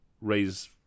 raise